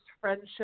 Friendship